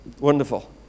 wonderful